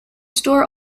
store